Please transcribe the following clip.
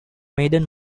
maiden